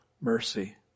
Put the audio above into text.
mercy